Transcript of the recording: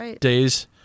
days